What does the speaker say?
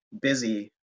busy